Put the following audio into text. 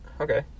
okay